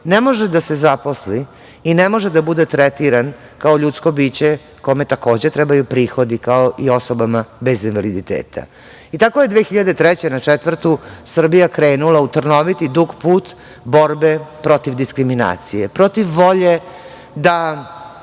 ne može da se zaposli i ne može da bude tretiran kao ljudsko biće kome takođe trebaju prihodi, kao i osobama bez invaliditeta. Tako je 2003. na 2004. godinu Srbija krenula u trnoviti i dug put borbe protiv diskriminacije, protiv volje da